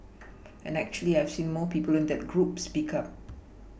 and actually I've seen more people in that group speak up